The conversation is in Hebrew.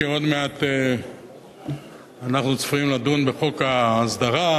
שעוד מעט אנחנו צפויים לדון בחוק ההסדרה.